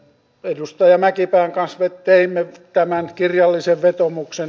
edustaja mäkipään kanssa teimme tämän kirjallisen vetoomuksen